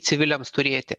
civiliams turėti